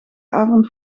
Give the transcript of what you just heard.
avond